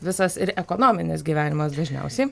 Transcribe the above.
visas ir ekonominis gyvenimas dažniausiai